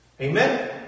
Amen